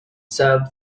served